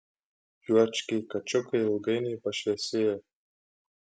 juočkiai kačiukai ilgainiui pašviesėjo